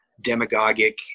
demagogic